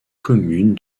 communes